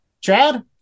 chad